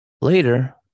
Later